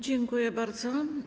Dziękuję bardzo.